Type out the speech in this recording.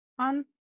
on